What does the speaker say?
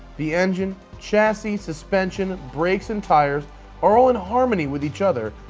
the engine, chassis, suspension, brakes, and tires are all in harmony with each other,